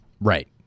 Right